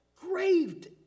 graved